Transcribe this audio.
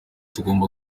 tugomba